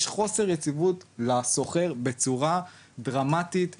יש חוסר יציבות לשוכר בצורה דרמטית,